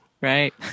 Right